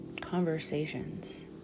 conversations